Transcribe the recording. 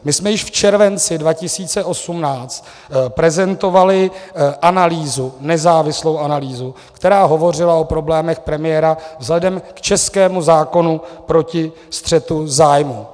My jsme již v červenci 2018 prezentovali analýzu, nezávislou analýzu, která hovořila o problémech premiéra vzhledem k českému zákonu proti střetu zájmů.